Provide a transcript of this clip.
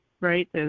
right